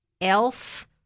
elf